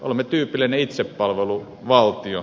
olemme tyypillinen itsepalveluvaltio